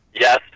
Yes